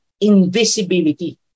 invisibility